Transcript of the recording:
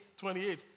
28